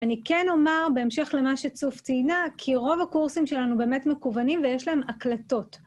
אני כן אומר בהמשך למה שצוף ציינה, כי רוב הקורסים שלנו באמת מקוונים ויש להם הקלטות.